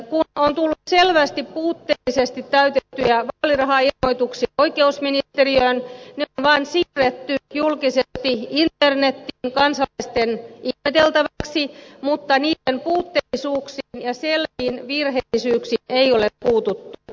kun on tullut selvästi puutteellisesti täytettyjä vaalirahailmoituksia oikeusministeriöön ne on vaan siirretty julkisesti internetiin kansalaisten ihmeteltäväksi mutta niiden puutteellisuuksiin ja selviin virheellisyyksiin ei ole puututtu